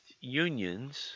unions